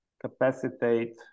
capacitate